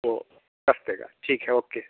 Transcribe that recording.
वो कस देगा ठीक है ओके